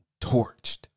torched